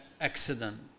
accident